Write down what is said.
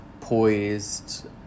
Poised